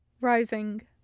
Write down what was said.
rising